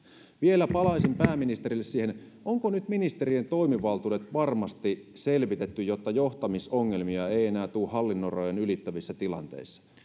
vielä palaisin pääministeri siihen onko nyt ministerien toimivaltuudet varmasti selvitetty jotta johtamisongelmia ei enää tule hallinnonrajojen ylittävissä tilanteissa